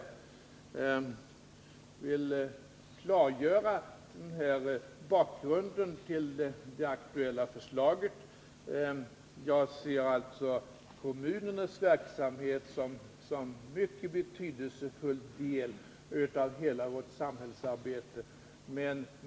Jag vill klargöra den här bakgrunden till det aktuella förslaget. Jag ser alltså kommunernas verksamhet som en mycket betydelsefull del av hela vårt samhällsarbete.